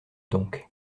donc